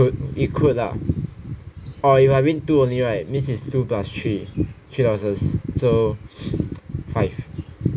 could it could lah or if I win two only right means its's two plus three three loses so five